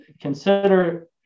consider